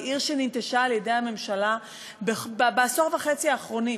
היא עיר שננטשה על-ידי הממשלה בעשור וחצי האחרונים.